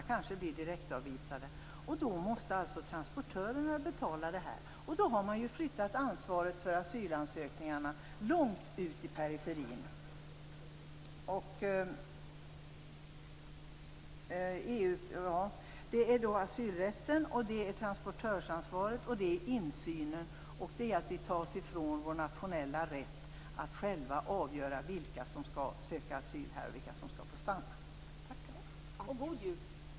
De kanske blir direktavvisade. Då måste alltså transportörerna betala. Då har man ju flyttat ansvaret för asylansökningarna långt ut i periferin. Det gäller alltså asylrätten, transportörsansvaret, insynen och detta att vi tas ifrån vår nationella rätt att själva avgöra vilka som skall få söka asyl här och vilka som skall få stanna.